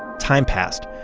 time passed.